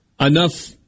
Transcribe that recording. enough